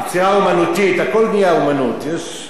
יש גם יצירות שהן משפטיות.